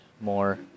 more